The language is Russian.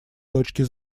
точки